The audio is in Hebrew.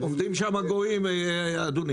עובדים שם גויים, אדוני.